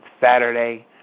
Saturday